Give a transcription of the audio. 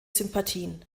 sympathien